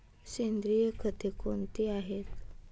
सेंद्रिय खते कोणती आहेत?